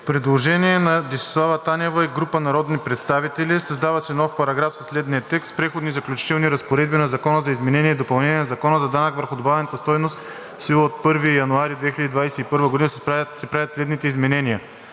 Предложение на Десислава Танева и група народни представители. Създава се нов параграф със следния текст: „Преходни и заключителни разпоредби на Закона за изменение и допълнение на Закона за данък върху добавената стойност в сила от 1 януари 2021 г., се правят следните изменения: